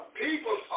people